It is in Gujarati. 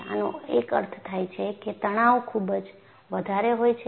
આનો એક અર્થ એ થાય છે કે તણાવ ખૂબ જ વધારે હોય છે